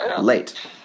late